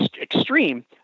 extreme